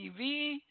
TV